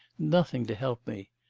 nothing to help me.